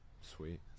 sweet